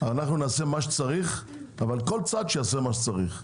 אנחנו נעשה מה שצריך אבל שכל צד יעשה מה שצריך,